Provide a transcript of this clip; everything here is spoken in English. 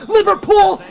Liverpool